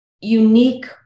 unique